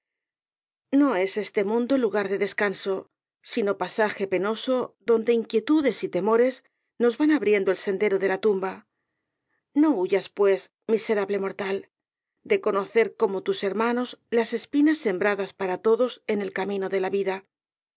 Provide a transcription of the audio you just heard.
no es este mundo lugar de descanso sino pasaje penoso donde inquietudes y temores nos van abriendo el sendero de la tumba no huyas pues miserable mortal de conocer como tus hermanos las espinas sembradas para todos en el camino de la vida